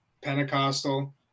pentecostal